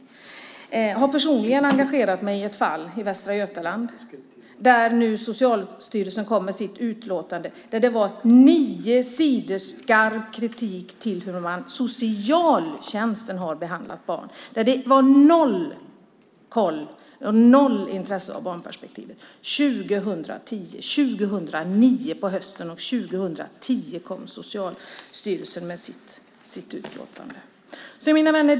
Jag har personligen engagerat mig i ett fall i Västra Götaland. Socialstyrelsen har nu kommit med sitt utlåtande. Det är nio sidor skarp kritik av hur socialtjänsten har behandlat barn; det var noll koll och noll intresse för barnperspektivet. Det handlar om hösten 2009. År 2010 kom Socialstyrelsen med sitt utlåtande. Mina vänner!